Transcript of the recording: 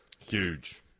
Huge